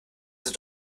seid